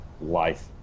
life